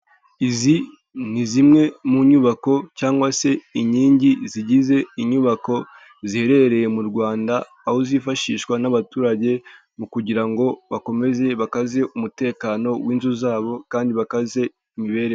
Izi ni zimwe mu nyubako cyangwa se inkingi zigize inyubako ziherereye mu Rwanda, aho zifashishwa n'abaturage mu kugira ngo bakomeze bakaze umutekano w'inzu zabo, kandi bakaze imibereho.